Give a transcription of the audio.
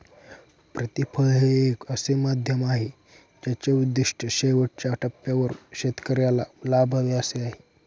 प्रतिफळ हे एक असे माध्यम आहे ज्याचे उद्दिष्ट शेवटच्या टप्प्यावर शेतकऱ्याला लाभावे असे आहे